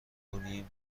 کنیم